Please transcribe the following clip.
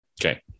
Okay